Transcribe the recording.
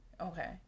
Okay